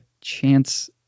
chance